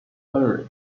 henry